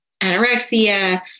anorexia